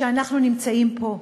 כשאנחנו נמצאים פה,